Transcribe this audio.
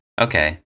Okay